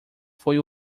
foi